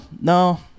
no